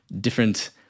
different